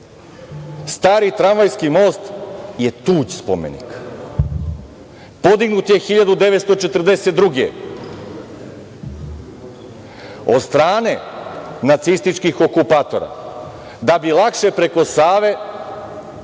tramvajski most je tuđ spomenik. Podignut je 1942. godine od strane nacističkih okupatora, da bi lakše preko Save prevozili